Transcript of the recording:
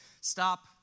stop